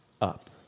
up